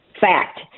fact